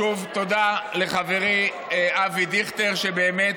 שוב, תודה לחברי אבי דיכטר, שבאמת,